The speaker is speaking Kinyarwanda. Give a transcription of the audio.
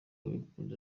abikunze